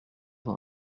dans